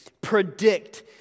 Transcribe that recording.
predict